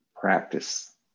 practice